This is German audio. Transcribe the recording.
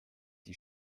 die